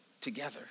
together